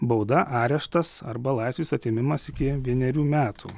bauda areštas arba laisvės atėmimas iki vienerių metų